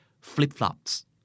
Flip-flops